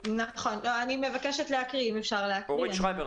נכון, אני מבקשת להקריא: